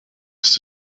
ist